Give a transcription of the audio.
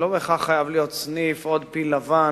זה לא בהכרח חייב להיות סניף, עוד פיל לבן,